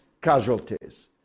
casualties